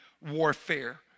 warfare